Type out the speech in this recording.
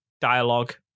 dialogue